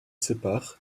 sépare